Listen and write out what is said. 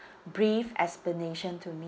brief explanation to me